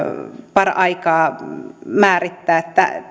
paraikaa määrittää